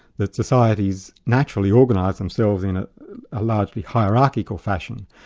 that societies naturally organise themselves in a largely hierarchical fashion,